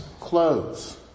clothes